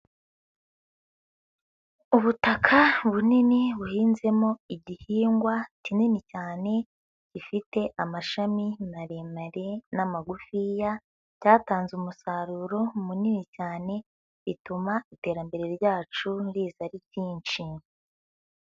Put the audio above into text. Ubutaka bunini buhinzemo igihingwa kinini cyane, gifite amashami maremare n'amagufiya, cyatanze umusaruro munini cyane, bituma iterambere ryacu riza ari ryinshi.